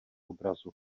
obrazu